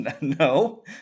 No